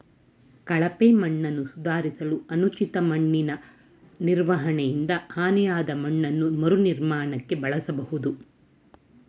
ಕಳಪೆ ಮಣ್ಣನ್ನು ಸುಧಾರಿಸಲು ಅನುಚಿತ ಮಣ್ಣಿನನಿರ್ವಹಣೆಯಿಂದ ಹಾನಿಯಾದಮಣ್ಣನ್ನು ಮರುನಿರ್ಮಾಣಕ್ಕೆ ಬಳಸ್ಬೋದು